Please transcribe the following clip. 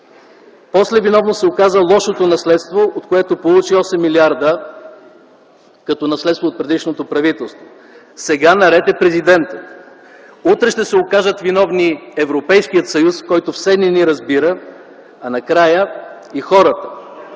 После виновно се оказа лошото наследство, от което получи 8 млрд. като наследство от предишното правителство. Сега наред е президентът. Утре ще се окажат виновни Европейският съюз, който все не ни разбира, а накрая и хората,